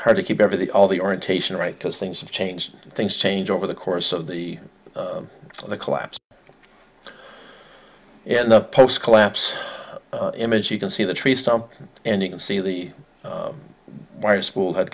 hard to keep everything all the orientation right because things have changed things change over the course of the for the collapse and the post collapse image you can see the tree stump and you can see the wire spool had